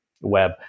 web